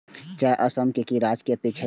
चाय असम केर राजकीय पेय छियै